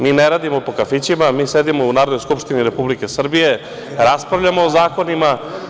Mi ne radimo po kafićima, mi sedimo u Narodnoj skupštini Republike Srbije, raspravljamo o zakonima.